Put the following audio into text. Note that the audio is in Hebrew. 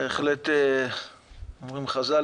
אומרים חז"ל,